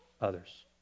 others